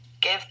give